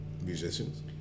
Musicians